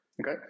okay